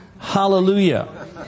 Hallelujah